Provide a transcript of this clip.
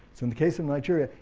in the case of nigeria,